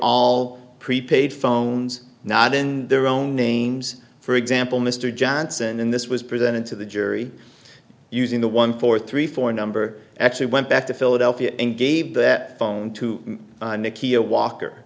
all prepaid phones not in their own names for example mr johnson and this was presented to the jury using the one for three for a number actually went back to philadelphia and gave that phone to mickey a walker